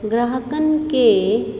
ग्राहकनि खे